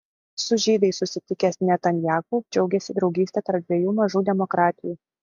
su žydais susitikęs netanyahu džiaugėsi draugyste tarp dviejų mažų demokratijų